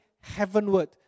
heavenward